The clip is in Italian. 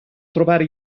trovare